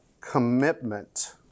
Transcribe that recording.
commitment